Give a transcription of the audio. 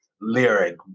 lyric